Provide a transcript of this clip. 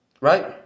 right